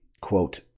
quote